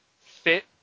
fit